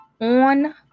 on